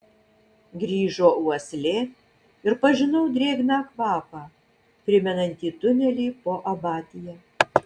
grįžo uoslė ir pažinau drėgną kvapą primenantį tunelį po abatija